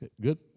Good